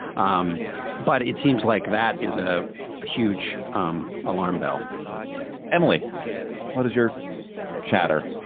um but it seems like that is a huge um alarm bell emily what is your chatter